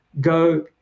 go